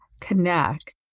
connect